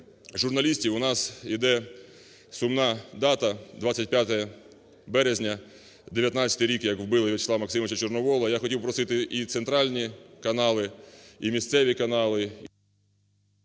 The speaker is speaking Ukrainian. У нас іде сумна дата - 25 березня, 19-й рік як вбили В'ячеслава Максимовича Чорновола, я хотів просити і центральні канали і місцеві канали…